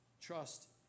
trust